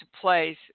place